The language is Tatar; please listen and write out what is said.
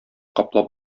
каплап